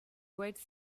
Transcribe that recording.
quite